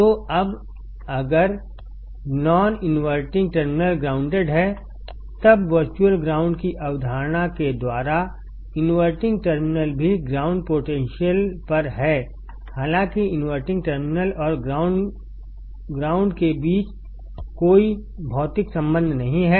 तो अब अगर नॉन इनवर्टिंग टर्मिनल ग्राउंडेड है तब वर्चुअल ग्राउंड की अवधारणा के द्वारा इनवर्टिंग टर्मिनल भी ग्राउंड पोटेंशियल पर है हालांकि इनवर्टिंग टर्मिनल और ग्राउंड के बीच कोई भौतिक संबंध नहीं है